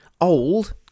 Old